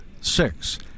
six